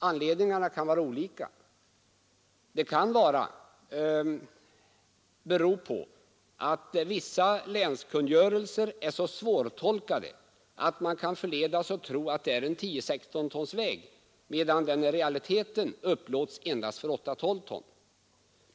Det kan bero på olika omständigheter. Vissa länskungörelser är så svårtolkade att man kan förledas att tro att det är en 10 12 ton.